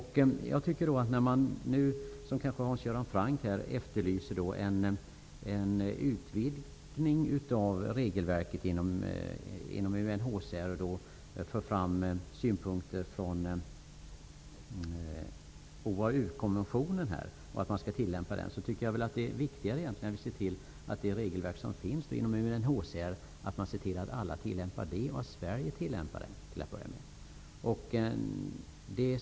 Hans Göran Franck efterlyser en utvidgning av regelverket inom UNHCR och för fram synpunkter om att man skall tillämpa OAU-konventionen. Jag tycker att det är viktigare att se till att de regelverk som finns inom UNHCR tillämpas och att Sverige gör det till att börja med.